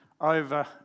over